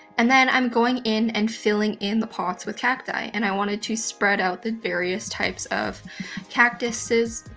and then i'm going in and filling in the pots with cacti, and i wanted to spread out the various types of cactuses,